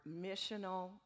missional